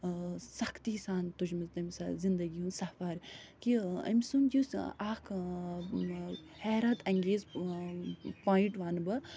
سختی سان تُجمٕژ تٔمۍ سۄ زندگی ہُنٛد سفر کہِ أمۍ سُنٛد یُس اکھ حیرت انٛگیز پویِنٛٹ وَنہٕ بہٕ